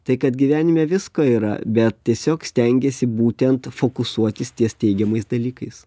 tai kad gyvenime visko yra bet tiesiog stengiesi būtent fokusuotis ties teigiamais dalykais